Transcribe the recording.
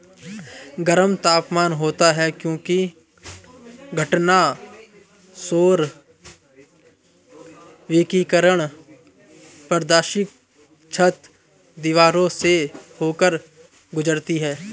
गर्म तापमान होता है क्योंकि घटना सौर विकिरण पारदर्शी छत, दीवारों से होकर गुजरती है